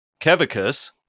Kevicus